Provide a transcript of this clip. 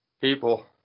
People